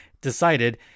decided